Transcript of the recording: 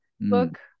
book